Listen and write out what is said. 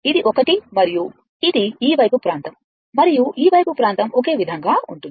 ఇది ఒకటి మరియు ఇది ఈ వైపు ప్రాంతం మరియు ఈ వైపు ప్రాంతం ఒకే విధంగా ఉంటుంది